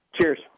Cheers